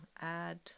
add